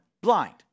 blind